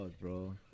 bro